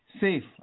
safe